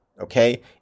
okay